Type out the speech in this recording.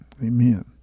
Amen